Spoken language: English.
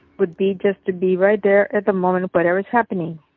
would be just to be right there at the moment, whatever's happening.